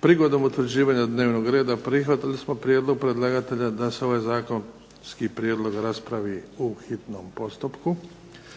Prigodom utvrđivanja dnevnog reda prihvatili smo prijedlog predlagatelja da se ovaj zakonski prijedlog raspravi u hitnom postupku.